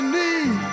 need